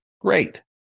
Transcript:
great